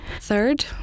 third